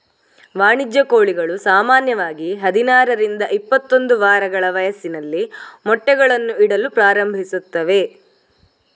ವಾಣಿಜ್ಯ ಕೋಳಿಗಳು ಸಾಮಾನ್ಯವಾಗಿ ಹದಿನಾರರಿಂದ ಇಪ್ಪತ್ತೊಂದು ವಾರಗಳ ವಯಸ್ಸಿನಲ್ಲಿ ಮೊಟ್ಟೆಗಳನ್ನು ಇಡಲು ಪ್ರಾರಂಭಿಸುತ್ತವೆ